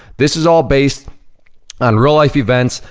this is all based on real-life events,